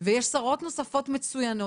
ויש שרות נוספות מצוינות.